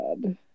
god